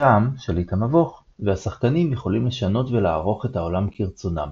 השה"ם והשחקנים יכולים לשנות ולערוך את העולם כרצונם.